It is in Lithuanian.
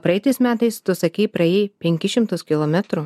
praeitais metais tu sakei praėjai penkis šimtus kilometrų